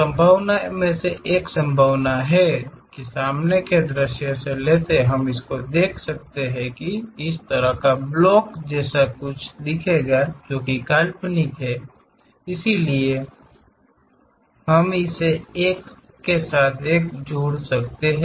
संभावना में से एक सामने का दृश्य से लेते है हम देख सकते हैं कि इस तरह का ब्लॉक कुछ ऐसा है जो काल्पनिक है इसलिए हम इस एक के साथ जुड़ सकते हैं